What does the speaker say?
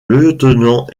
lieutenant